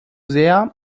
sehr